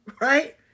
right